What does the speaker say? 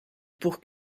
pour